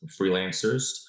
freelancers